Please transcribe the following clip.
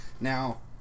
now